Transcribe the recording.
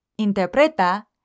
interpreta